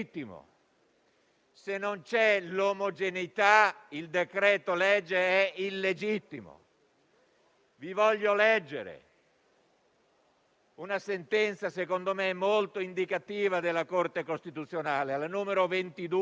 in mancanza di omogeneità, il decreto-legge decadrebbe in una congerie di norme assemblate soltanto da mera casualità temporale.